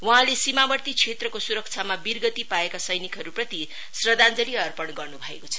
वहाँले सीमावर्ती क्षेत्रको सुरक्षामा वीरगति पाए सैनिकहरुप्रति श्रद्धाञ्जलि अर्पण गर्नु भएको छ